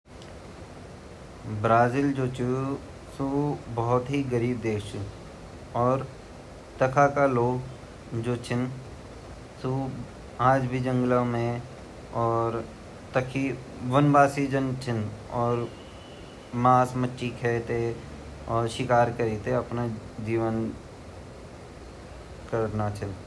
ब्राज़िला बारे मा मेरु सुंडियू ची की भई उ थोड़ा गरीब देश ची पहली भोत गरीब छो अर छेत्रफला हिसाब से भी भोत बदु नि ची उ अर वे संस्कृति मा कृषि पर ही निर्भर रंदा उ ज़्यादा अर वेगा जु फूटबाला खिलाडी छिन वे देशा उ सबसे अगिन छिन अर सबसे बडू प्राइज वे ली जांदा अर ब्राज़ील टॉप मा ची खेलांडा पर क्या कन थोड़ा गरीब ची ता वेगु नाम ज़्यादा अगिन नी आयी ब्रजीलो गांना भी भोत फेमस ची।